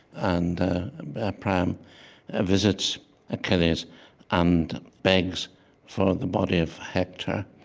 and priam ah visits achilles and begs for the body of hector.